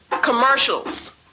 commercials